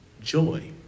joy